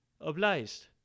obliged